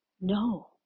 no